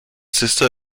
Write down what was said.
sister